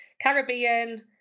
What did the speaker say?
caribbean